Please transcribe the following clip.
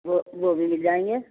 وہ وہ بھی مل جائیں گے